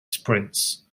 sprints